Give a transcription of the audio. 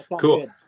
cool